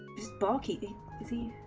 its bulky the